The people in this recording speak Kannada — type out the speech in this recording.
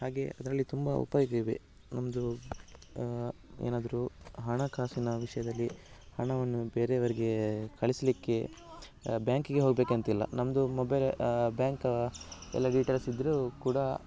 ಹಾಗೇ ಅದರಲ್ಲಿ ತುಂಬ ಉಪಯೋಗ ಇವೆ ನಮ್ಮದು ಏನಾದ್ರೂ ಹಣಕಾಸಿನ ವಿಷಯದಲ್ಲಿ ಹಣವನ್ನು ಬೇರೆಯವರಿಗೆ ಕಳಿಸಲಿಕ್ಕೆ ಬ್ಯಾಂಕಿಗೆ ಹೋಗಬೇಕಂತಿಲ್ಲ ನಮ್ಮದು ಮೊಬೈಲ್ ಬ್ಯಾಂಕ್ ಎಲ್ಲ ಡೀಟೇಲ್ಸ್ ಇದ್ರೂ ಕೂಡ